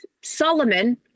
Solomon